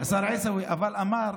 השר עיסאווי, אמר: